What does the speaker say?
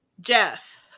Jeff